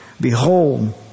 Behold